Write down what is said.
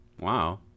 Wow